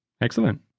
Excellent